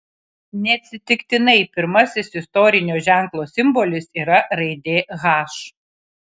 neatsitiktinai pirmasis istorinio ženklo simbolis yra raidė h